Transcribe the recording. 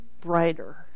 brighter